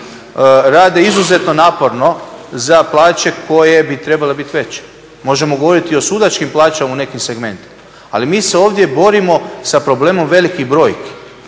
rade izuzetno naporno za plaće koje bi trebale biti veće. Možemo govoriti o sudačkim plaćama u nekim segmentima, ali mi se ovdje borimo sa problemom velikih brojki